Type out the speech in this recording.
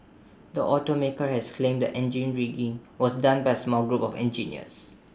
the automaker has claimed the engine rigging was done by small group of engineers